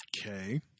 Okay